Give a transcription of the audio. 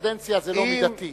קדנציה זה לא מידתי.